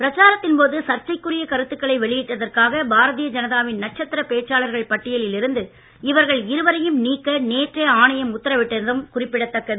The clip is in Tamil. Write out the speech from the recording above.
பிரச்சாரத்தின் போது சரச்சைக்குரிய கருத்துக்களை வெளியிட்டதற்காக பாரதிய ஜனதாவின் நட்சத்திர பேச்சாளர்கள் பட்டியலில் இருந்து இவர்கள் இருவரையும் நீக்க நேற்றே ஆணையம் உத்தரவிட்டதும் குறிப்பிடத்தக்கது